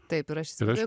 taip ir aš įsivaizduoju